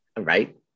Right